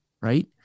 right